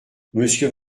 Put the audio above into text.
monsieur